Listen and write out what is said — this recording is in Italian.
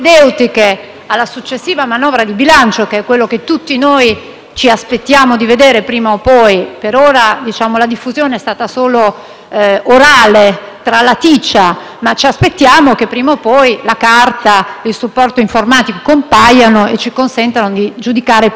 ci aspettiamo di vedere, prima o poi (perché per ora la sua diffusione è stata solo orale e tralaticia, attendiamo che prima o poi la carta o il supporto informatico compaiano e ci consentano di giudicare più approfonditamente di cosa si tratta). I numeri, però, ci sono già,